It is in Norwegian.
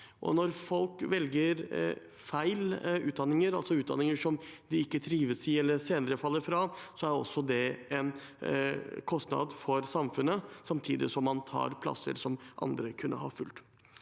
Når folk velger feil utdanning, altså utdanning de ikke trives i eller senere faller fra, er også det en kostnad for samfunnet, samtidig som man tar plasser andre kunne ha fått.